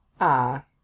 Ah